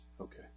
Okay